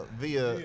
via